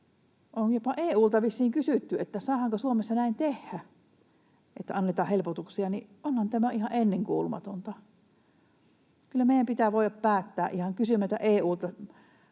on jopa EU:lta vissiin kysytty, saadaanko Suomessa näin tehdä, että annetaan helpotuksia, niin onhan tämä ihan ennenkuulumatonta. Kyllä meidän pitää voida päättää ihan kysymättä EU:lta